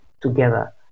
together